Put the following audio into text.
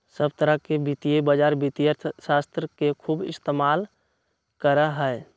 सब तरह के वित्तीय बाजार वित्तीय अर्थशास्त्र के खूब इस्तेमाल करा हई